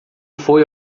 foi